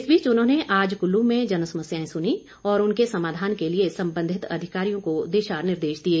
इस बीच उन्होंने आज कुल्लू में जनसमस्याएं सुनीं और उनके समाधान के लिए संबंधित अधिकारियों को दिशा निर्देश दिए